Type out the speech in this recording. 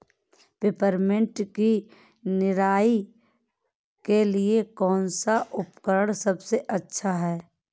Peppermint की निराई के लिए कौन सा उपकरण सबसे अच्छा है?